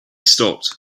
stopped